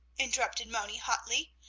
interrupted moni, hotly,